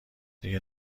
دیگه